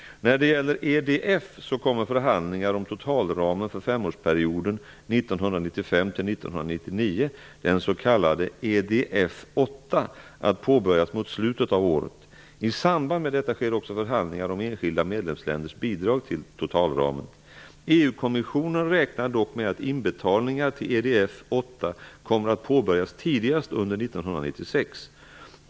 När det gäller EDF så kommer förhandlingar om totalramen för femårsperioden 1995--1999, den s.k. EDF VIII, att påbörjas mot slutet av året. I samband med detta sker också förhandlingar om enskilda medlemsländers bidrag till totalramen. EU-kommissionen räknar dock med att inbetalningar till EDF VIII kommer att påbörjas tidigast under 1996.